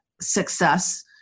success